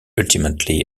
ultimately